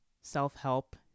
self-help